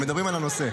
הם מדברים על הנושא.